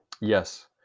Yes